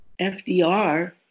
FDR